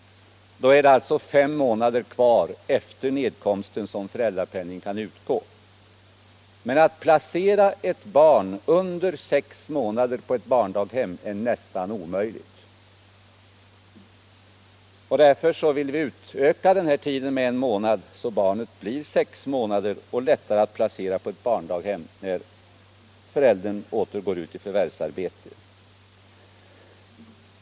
Då är det alltså fem månader kvar efter nedkomsten som föräldrapenning kan utgå. Men att placera ett barn, som är under sex månader, på ett barndaghem är nästan omöjligt. Därför vill vi utöka denna bit med en månad, så att barnet blir sex månader och lättare att placera på ett barndaghem, när föräldern åter går ut i förvärvsarbete.